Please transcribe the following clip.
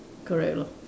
correct lor